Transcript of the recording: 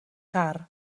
car